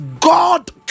god